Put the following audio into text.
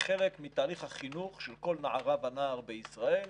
כחלק מתהליך החינוך של כל נערה ונער בישראל,